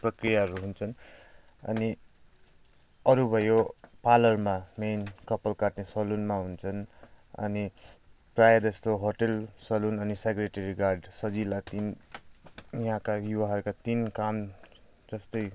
प्रक्रियाहरू हुन्छन् अनि अरू भयो पार्लरमा मेन कपाल काट्ने सलुनमा हुन्छन् अनि प्राय जस्तो होटेल सलुन अनि सेक्रेटेरी गार्ड सजिलो तिन यहाँका युवाहरूका तिन काम जस्तै